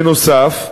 בנוסף,